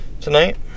tonight